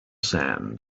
sand